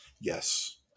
Yes